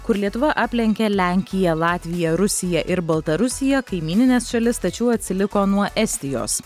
kur lietuva aplenkė lenkiją latviją rusiją ir baltarusiją kaimynines šalis tačiau atsiliko nuo estijos